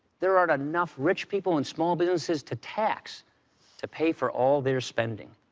there aren't enough rich people and small businesses to tax to pay for all their spending.